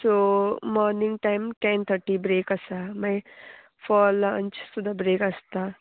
so morning time ten थटी break आसा मागीर फॉर लंच सुद्दां ब्रेक आसता